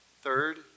Third